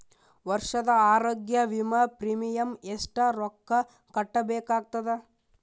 ವರ್ಷದ ಆರೋಗ್ಯ ವಿಮಾ ಪ್ರೀಮಿಯಂ ಎಷ್ಟ ರೊಕ್ಕ ಕಟ್ಟಬೇಕಾಗತದ?